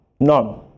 None